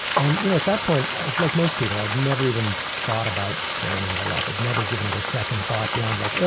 and you know at that point, i was like most people. i'd never even thought about sand in my life. i'd never given it a second thought beyond like, ah,